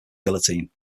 guillotine